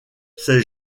c’est